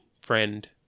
friend